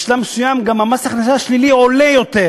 בשלב מסוים גם מס ההכנסה השלילי עולה יותר,